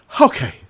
Okay